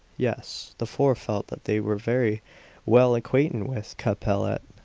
yes, the four felt that they were very well acquainted with capellette.